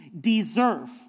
deserve